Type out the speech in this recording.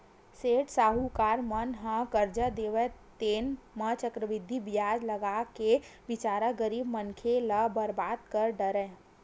सेठ साहूकार मन ह करजा देवय तेन म चक्रबृद्धि बियाज लगाके बिचारा गरीब मनखे ल बरबाद कर डारय